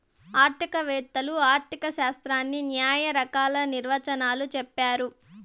ఆర్థిక వేత్తలు ఆర్ధిక శాస్త్రాన్ని శ్యానా రకాల నిర్వచనాలు చెప్పారు